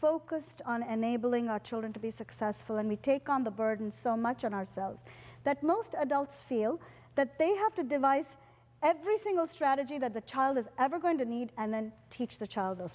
focused on enabling our children to be successful and we take on the burden so much on ourselves that most adults feel that they have to devise every single strategy that the child is ever going to need and then teach the child th